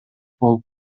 болуп